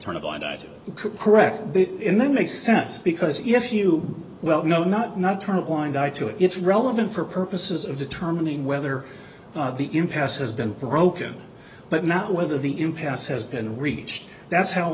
turn a blind eye to correct and then makes sense because yes you well know not not turn a blind eye to it it's relevant for purposes of determining whether the impasse has been broken but not whether the impasse has been reached that's how